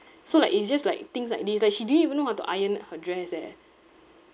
so like it's just like things like this like she didn't even know how to iron her dress eh